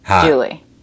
Julie